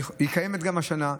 היא קיימת גם השנה,